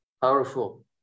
powerful